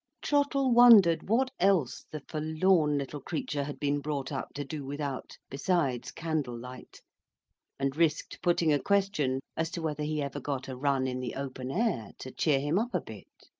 trottle wondered what else the forlorn little creature had been brought up to do without, besides candle-light and risked putting a question as to whether he ever got a run in the open air to cheer him up a bit.